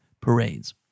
parades